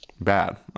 Bad